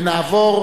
ונעבור